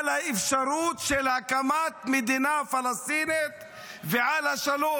האפשרות של הקמת מדינה פלסטינית ועל השלום.